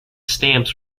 stamps